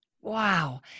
Wow